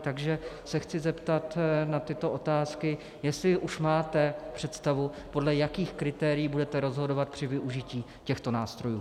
Takže se chci zeptat na tyto otázky, jestli už máte představu, podle jakých kritérií budete rozhodovat při využití těchto nástrojů.